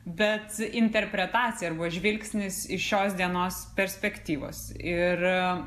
bet interpretacija arba žvilgsnis iš šios dienos perspektyvos ir